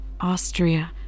Austria